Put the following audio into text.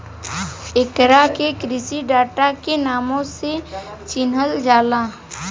एकरा के कृषि डाटा के नामो से चिनहल जाला